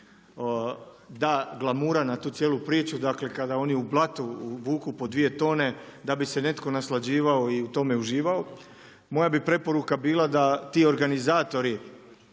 da glamura na tu cijelu priču, dakle kada oni u blatu vuku po dvije tone da bi se netko naslađivao i u tome uživao, moja bi preporuka bila da ti organizatori